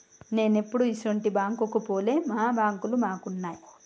నేనెప్పుడూ ఇసుంటి బాంకుకు పోలే, మా బాంకులు మాకున్నయ్